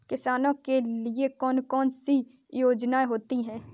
किसानों के लिए कौन कौन सी योजनायें होती हैं?